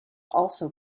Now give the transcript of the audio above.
also